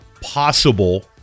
possible